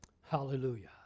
Hallelujah